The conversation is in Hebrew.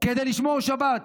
כדי לשמור שבת,